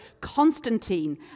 Constantine